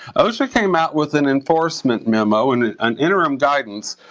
osha came out with an enforcement memo, and an an interim guidance,